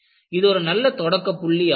இது ஒரு நல்ல தொடக்கப் புள்ளி ஆகும்